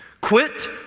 Quit